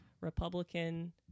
republican